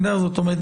זאת אומרת,